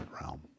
realm